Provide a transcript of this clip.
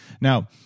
Now